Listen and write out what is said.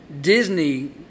Disney